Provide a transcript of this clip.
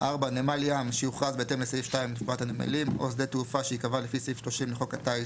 תיאום לפי תוכנית או היתר מכוח חוק התכנון